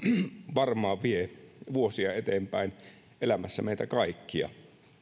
varmaan vie vuosia eteenpäin elämässä meitä kaikkia